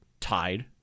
tied